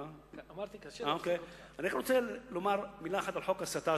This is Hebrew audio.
אני רוצה לומר מלה אחת על חוק ההסתה,